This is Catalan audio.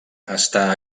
està